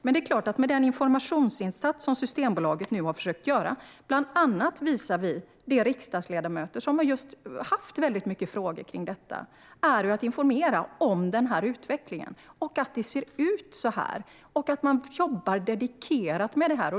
Systembolaget har gjort en informationsinsats bland annat visavi de riksdagsledamöter som har haft väldigt många frågor kring detta. Man informerar om utvecklingen och hur det ser ut och att man jobbar dedikerat med det här.